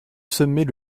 sommet